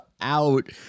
out